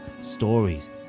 stories